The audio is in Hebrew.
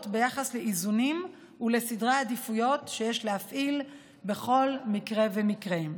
ביחס לאיזונים ולסדרי העדיפויות שיש להפעיל בכל מקרה ומקרה.